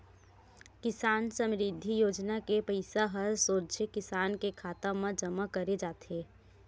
किसान समरिद्धि योजना के पइसा ह सोझे किसान के खाता म जमा करे जाथे